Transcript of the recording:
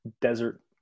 desert